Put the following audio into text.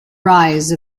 rise